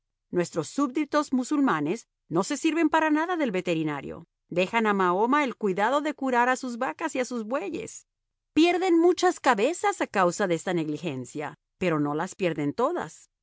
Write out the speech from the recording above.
nuestros súbditos musulmanes no se sirven para nada del veterinario dejan a mahoma el cuidado de curar a sus vacas y a sus bueyes pierden muchas cabezas a causa de esta negligencia pero no las pierden todas